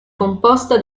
composta